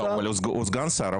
הוא סגן שר.